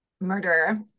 murderer